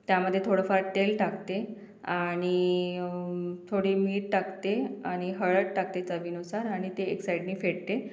त्यामध्ये थोडंफार तेल टाकते आणि थोडे मीठ टाकते आणि हळद टाकते चवीनुसार आणि ते एक साईडने फेटते